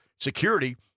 Security